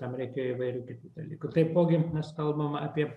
tam reikėjo įvairių kitų dalykų taipogi mes kalbam apie